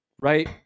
right